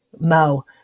mo